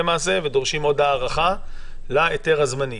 ודורשים עוד ההארכה להיתר הזמני.